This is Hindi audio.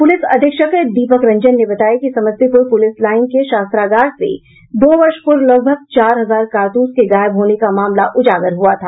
पुलिस अधीक्षक दीपक रंजन ने बताया कि समस्तीपुर पुलिस लाइन के शस्त्रागार से दो वर्ष पूर्व लगभग चार हजार कारतूस के गायब होने का मामला उजागर हुआ था